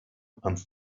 and